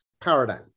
paradigm